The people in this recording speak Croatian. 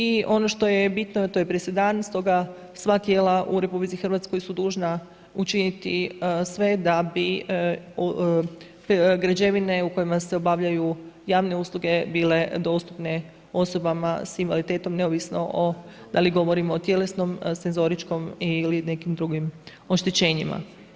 I ono što je bitno, to je presedan, stoga sva tijela u RH su dužna učiniti sve da građevine u kojima se obavljaju javne usluge bile dostupne osobama sa invaliditetom neovisno da li govorimo o tjelesnom, senzoričkom ili nekim drugim oštećenjima.